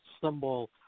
symbol